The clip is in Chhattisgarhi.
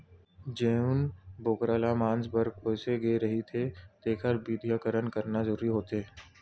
जउन बोकरा ल मांस बर पोसे गे रहिथे तेखर बधियाकरन करना जरूरी होथे